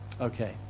Okay